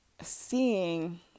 seeing